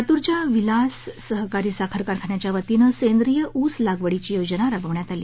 लातूरच्या विलास सहकारी साखर कारखान्याच्या वतीनं सेद्रिय ऊसलागवडीची योजना राबविण्यात आली